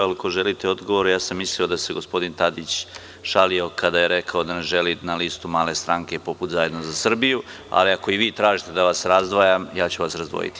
Ako želite odgovore, ja sam mislio da se gospodin Tadić šalio kada je rekao da ne želi na listu male stranke, poput Zajedno za Srbiju, ali ako i vi tražite da vas razdvajam, ja ću vas razdvojiti.